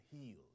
healed